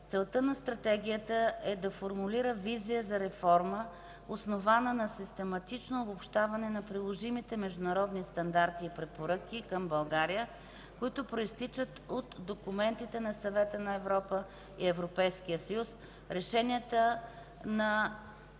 Целта на Стратегията е да формулира визия за реформа, основана на систематично обобщаване на приложимите международни стандарти и препоръки към България, които произтичат от документите на Съвета на Европа и Европейския съюз, решенията на